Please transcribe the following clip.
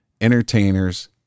entertainers